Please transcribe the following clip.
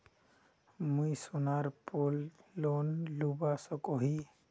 मुई सोनार पोर लोन लुबा सकोहो ही?